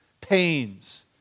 pains